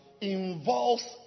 involves